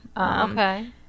Okay